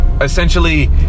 essentially